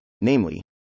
namely